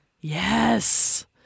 Yes